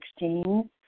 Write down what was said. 2016